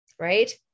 right